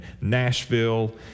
Nashville